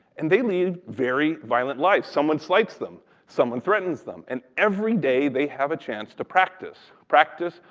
and they lead very violent lives. someone slights them. someone threatens them, and every day they have a chance to practice. practice,